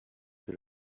que